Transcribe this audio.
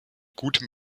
gutem